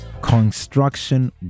construction